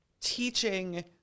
teaching